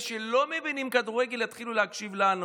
שלא מבינים כדורגל יתחילו להקשיב לנו,